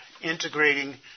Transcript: integrating